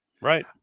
Right